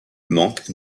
manque